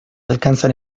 alcanzan